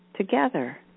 Together